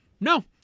No